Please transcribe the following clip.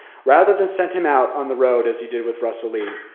rather than send him out on the road, as he did with russell lee,